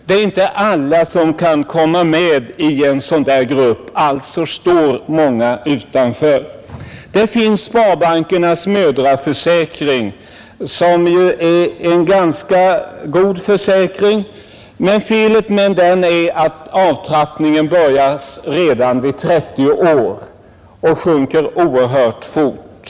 Det är inte alla som kan komma med i en sådan grupp — alltså står många utanför. Sparbankernas mödraförsäkring finns, och det är en ganska god försäkring; felet med den är bara att avtrappningen börjar redan vid 30 år och att beloppen sedan sjunker oerhört fort.